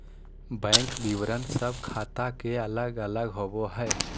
bank विवरण सब ख़ाता के अलग अलग होबो हइ